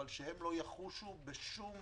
אבל שהם לא יחושו בשום